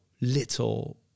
little